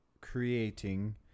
Creating